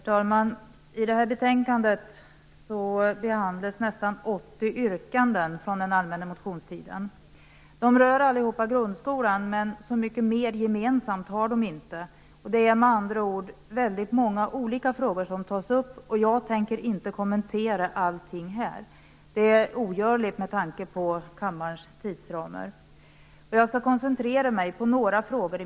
Herr talman! I detta betänkande behandlas närmare 80 yrkanden från den allmänna motionstiden. Alla rör de grundskolan, men så mycket mera gemensamt har de inte. Det är med andra ord väldigt många olika frågor som tas upp. Jag tänker inte kommentera alla här. Det är ogörligt med tanke på kammarens tidsram. Jag skall koncentrera mig på några frågor.